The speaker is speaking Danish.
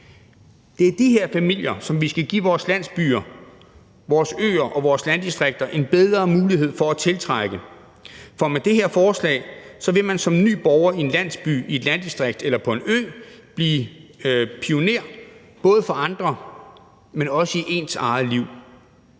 Det er de her familier, som vi skal give vores landsbyer, vores øer og vores landdistrikter en bedre mulighed for at tiltrække. For med det her forslag vil man som ny borger i en landsby, i et landdistrikt eller på en ø blive pioner både for andre, men også i ens eget liv.